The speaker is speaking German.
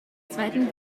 zweiten